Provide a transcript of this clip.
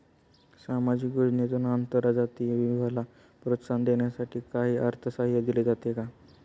सामाजिक योजनेतून आंतरजातीय विवाहाला प्रोत्साहन देण्यासाठी काही अर्थसहाय्य दिले जाते का?